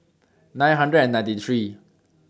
nine hundred and ninety three